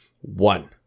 One